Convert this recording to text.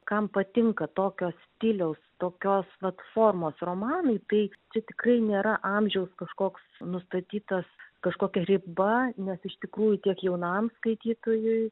kam patinka tokio stiliaus tokios vat formos romanai tai čia tikrai nėra amžiaus kažkoks nustatytas kažkokia riba nes iš tikrųjų tiek jaunam skaitytojui